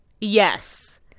Yes